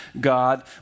God